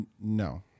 No